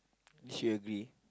did she agree